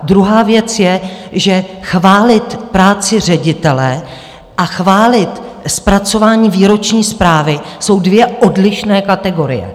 Druhá věc je, že chválit práci ředitele a chválit zpracování výroční zprávy jsou dvě odlišné kategorie.